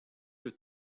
plus